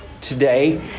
today